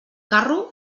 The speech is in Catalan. carro